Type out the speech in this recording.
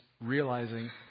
realizing